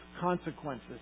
consequences